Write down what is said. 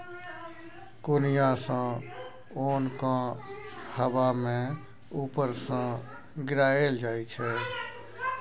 कोनियाँ सँ ओन केँ हबा मे उपर सँ गिराएल जाइ छै